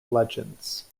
legends